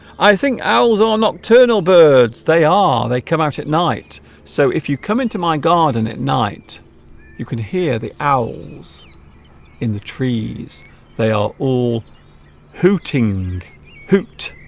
i think owls are nocturnal birds they are they come out at night so if you come into my garden at night you can hear the owls in the trees they are all hooting hoot